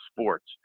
sports